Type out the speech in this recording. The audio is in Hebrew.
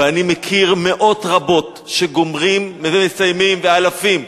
ואני מכיר מאות רבות שמסיימים, אלפים.